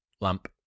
lamp